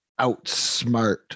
outsmart